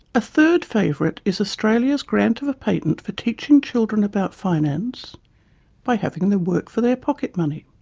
a third favourite is australia's grant of a patent for teaching children about finance by having them work for their pocket money.